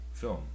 Film